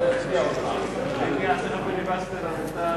נקווה